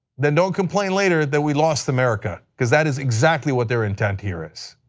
then don't complain later that we lost america, because that is exactly what their intent here is.